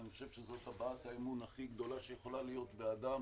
אני חושב שזאת הבעת האמון הכי גדולה שיכולה להיות בבן אדם.